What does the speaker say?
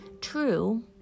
True